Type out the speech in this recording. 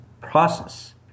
process